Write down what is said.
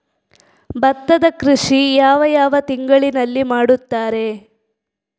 ಭತ್ತದ ಕೃಷಿ ಯಾವ ಯಾವ ತಿಂಗಳಿನಲ್ಲಿ ಮಾಡುತ್ತಾರೆ?